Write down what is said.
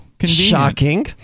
Shocking